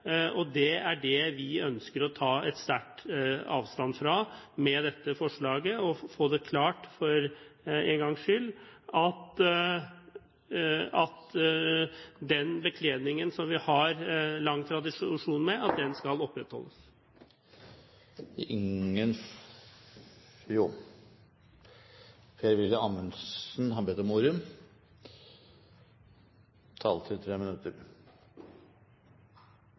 dommere. Det er det vi ønsker å ta sterk avstand fra med dette forslaget, og få det klart for en gangs skyld at den bekledningen som vi har lang tradisjon med, skal opprettholdes. Jeg må nesten stille spørsmål om hvilken virkelighet representanten Trine Skei Grande fra Venstre lever i, når hun ikke har